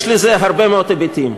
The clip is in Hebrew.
יש לזה הרבה מאוד היבטים.